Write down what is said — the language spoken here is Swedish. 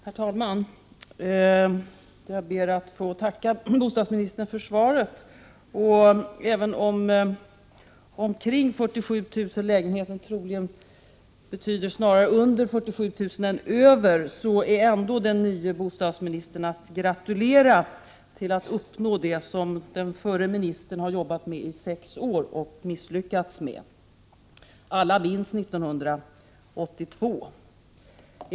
Herr talman! Jag ber att få tacka bostadsministern för svaret. Även om ”omkring 47 000 bostäder” troligen betyder snarare under än över 47 000, är ändå den nye bostadsministern att gratulera till att uppnå det som den förre ministern har jobbat med i sex år och misslyckats med. Alla minns 1982.